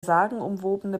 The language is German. sagenumwobene